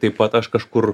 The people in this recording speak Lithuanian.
taip pat aš kažkur